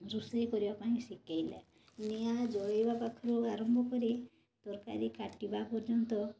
ରୋଷେଇ କରିବା ପାଇଁ ଶିଖେଇଲେ ନିଆଁ ଜଳିବା ପାଖରୁ ଆରମ୍ଭ କରି ତରକାରୀ କାଟିବା ପର୍ଯ୍ୟନ୍ତ